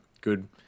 good